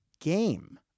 game